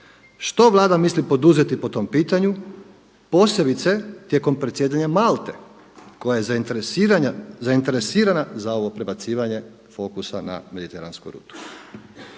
Što Vlada misli poduzeti po tom pitanju posebice tijekom predsjedanja Malte koja je zainteresirana za ovo prebacivanje fokusa na mediteransku rutu?